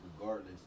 regardless